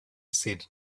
said